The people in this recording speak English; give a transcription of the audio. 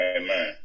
Amen